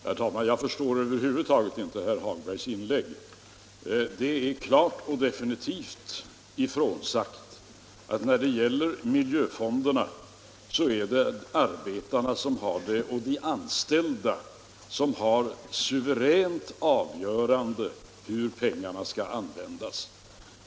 Herr talman! Jag förstår över huvud taget inte herr Hagbergs inlägg. Det är klart och definitivt utsagt att de anställda har att suveränt avgöra hur miljöfondernas pengar skall användas.